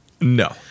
No